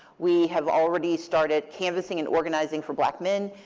we have already started canvassing and organizing for black men.